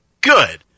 Good